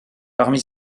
parmi